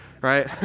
right